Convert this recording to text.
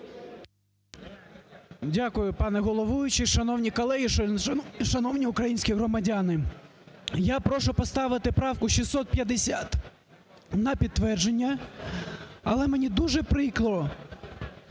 Дякую, пане головуючий. Шановні колеги і шановні українські громадяни, я прошу поставити правку 650 на підтвердження, але мені дуже прикро,